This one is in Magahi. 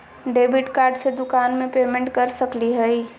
डेबिट कार्ड से दुकान में पेमेंट कर सकली हई?